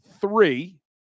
three